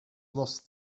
lost